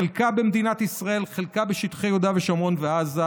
חלקה במדינת ישראל וחלקה בשטחי יהודה ושומרון ועזה.